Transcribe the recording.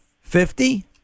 fifty